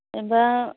जेन'बा